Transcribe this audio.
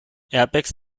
airbags